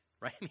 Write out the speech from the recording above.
right